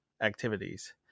activities